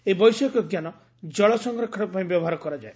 ଏହି ବୈଷୟିକଜ୍ଞାନ ଜଳ ସଂରକ୍ଷଣ ପାଇଁ ବ୍ୟବହାର କରାଯାଏ